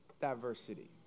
diversity